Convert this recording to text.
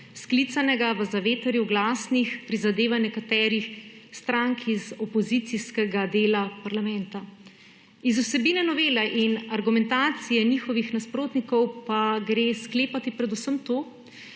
sklicanega v zavetrju glasnih prizadevaj nekaterih strank iz opozicijskega dela parlamenta. Iz vsebine novele in argumentacije njihovih nasprotnikov pa gre sklepati predvsem to,